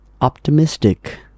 Optimistic